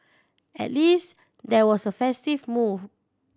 at least there was a festive move